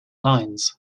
lines